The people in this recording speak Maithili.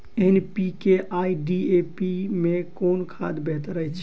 एन.पी.के आ डी.ए.पी मे कुन खाद बेहतर अछि?